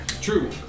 True